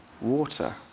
water